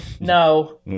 No